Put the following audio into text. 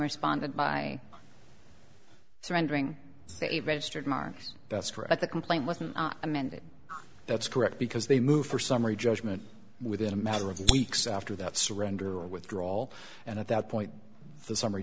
responded by surrendering it registered my arms that's for at the complaint wasn't amended that's correct because they moved for summary judgment within a matter of weeks after that surrender or withdrawal and at that point the summary